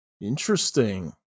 Interesting